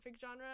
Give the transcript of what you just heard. genre